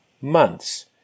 months